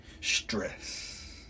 stress